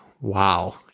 wow